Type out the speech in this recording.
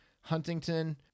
Huntington